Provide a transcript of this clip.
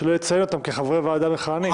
שלא לציין אותם כחברי מועצה מכהנים.